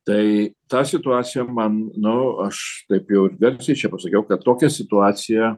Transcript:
tai tą situaciją man nu aš taip jau garsiai čia pasakiau kad tokia situacija